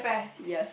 yes